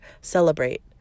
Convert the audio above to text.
celebrate